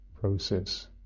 process